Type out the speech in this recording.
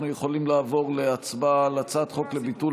אנחנו יכולים לעבור להצבעה על הצעת חוק לביטול